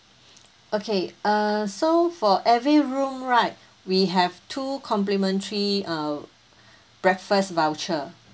okay err so for every room right we have two complementary uh breakfast voucher